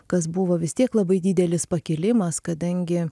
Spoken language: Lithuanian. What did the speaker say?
kas buvo vis tiek labai didelis pakilimas kadangi